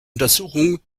untersuchungen